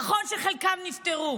נכון שחלקם נפטרו,